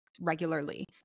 regularly